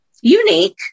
unique